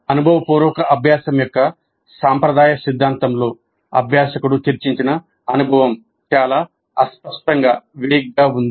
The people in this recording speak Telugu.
అనుభవపూర్వక అభ్యాసం యొక్క సాంప్రదాయ సిద్ధాంతంలో అభ్యాసకుడు చర్చించిన అనుభవం చాలా అస్పష్టంగా ఉంది